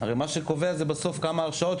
הרי מה שקובע זה בסוף כמה הרשעות,